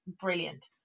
brilliant